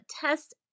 test